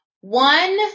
one